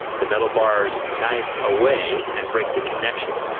the metal bars knife away and break the connection.